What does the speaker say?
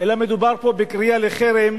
אלא מדובר פה בקריאה לחרם